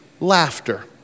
laughter